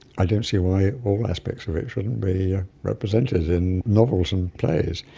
i don't see why all aspects of it shouldn't be ah represented in novels and plays.